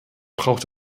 braucht